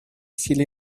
силе